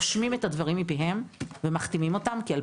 רושמים את הדברים מפיהם ומחתימים אותם כי על